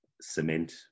cement